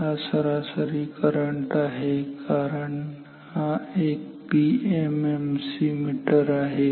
हा सरासरी करंट आहे कारण हा एक पीएमएमसी मीटर आहे